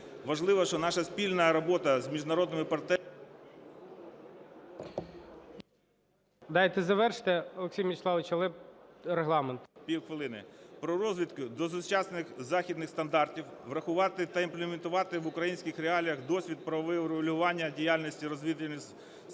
Важливо, що наша спільна робота з міжнародними партнерами… ГОЛОВУЮЧИЙ. Дайте завершили. Олексій Мячеславович, але регламент. ДАНІЛОВ О.М. Півхвилини. … про розвідку до сучасних західних стандартів врахувати та імплементувати в українських реаліях досвід правового регулювання діяльності розвідувальних